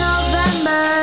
November